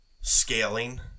scaling